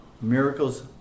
miracles